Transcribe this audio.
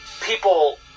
people